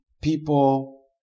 people